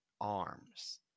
arms